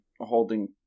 holding